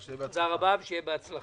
ושיהיה בהצלחה.